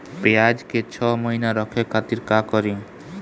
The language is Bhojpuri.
प्याज के छह महीना रखे खातिर का करी?